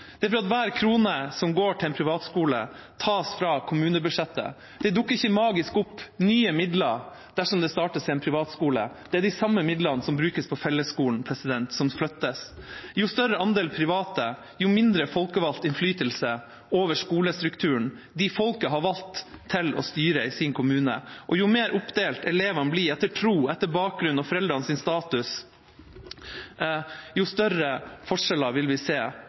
Det er fordi hver krone som går til en privatskole, tas fra kommunebudsjettet. Det dukker ikke magisk opp nye midler dersom det startes en privatskole. Det er de samme midlene som brukes på fellesskolen, som flyttes. Jo større andel private, jo mindre folkevalgt innflytelse over skolestrukturen – de som folket har valgt til å styre i sin kommune. Jo mer oppdelt elevene blir etter tro, bakgrunn og foreldrenes status, jo større forskjeller vil vi se